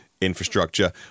infrastructure